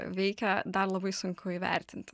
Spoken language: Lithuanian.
veikia dar labai sunku įvertinti